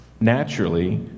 naturally